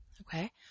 Okay